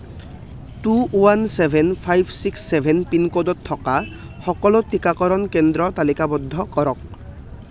two one seven five six seven পিনক'ডত থকা সকলো টীকাকৰণ কেন্দ্ৰ তালিকাবদ্ধ কৰক